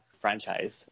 franchise